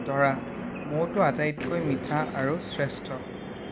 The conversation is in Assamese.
দৰাঃ মৌটো আটাইতকৈ মিঠা আৰু শ্ৰেষ্ঠ